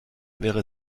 wäre